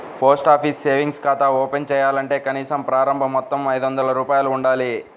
post office savings ఖాతా open చేయాలంటే కనీస ప్రారంభ మొత్తం ఐదొందల రూపాయలు ఉండాలి